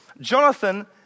Jonathan